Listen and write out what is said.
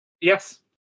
Yes